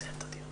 תודה.